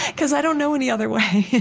because i don't know any other way.